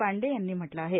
पांडे यांनी म्हटलं आहे